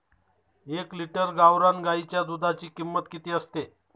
एक लिटर गावरान गाईच्या दुधाची किंमत किती असते?